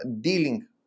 dealing